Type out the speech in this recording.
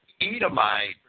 Edomite